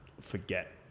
forget